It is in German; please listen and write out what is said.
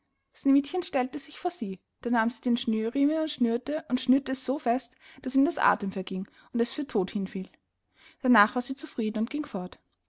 sneewittchen stellte sich vor sie da nahm sie den schnürriemen und schnürte und schnürte es so fest daß ihm der athem verging und es für todt hinfiel darnach war sie zufrieden und ging fort